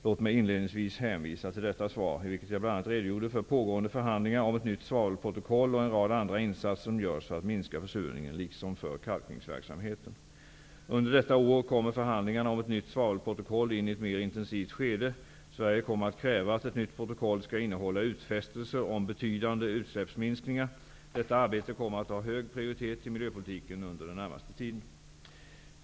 Låt mig inledningsvis hänvisa till detta svar, i vilket jag bl.a. redogjorde för pågående förhandlingar om ett nytt svavelprotokoll och en rad andra insatser som görs för att minska försurningen liksom kalkningsverksamheten. Under detta år kommer förhandlingarna om ett nytt svavelprotokoll in i ett mer intensivt skede. Sverige kommer att kräva att ett nytt protokoll skall innehålla utfästelser om betydande utsläppsminskningar. Detta arbete kommer att ha hög prioritet i miljöpolitiken under den närmaste tiden.